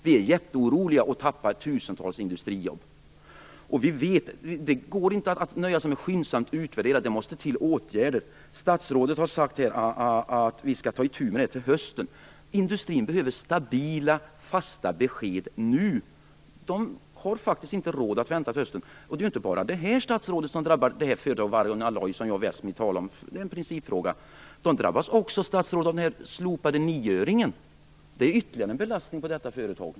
Vi är jätteoroliga för att tappa tusentals industrijobb. Vi vet att man inte kan nöja sig med en skyndsam utvärdering. Det måste till åtgärder. Statsrådet sade att man skall ta itu med problemet till hösten. Industrin behöver stabila och fasta besked nu. Man har inte råd att vänta till hösten. Och det är ju inte bara detta som drabbar företaget öringen. Det innebär en ytterligare belastning för företaget.